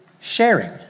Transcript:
sharing